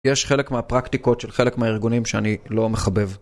יש חלק מהפרקטיקות של חלק מהארגונים שאני לא מחבב.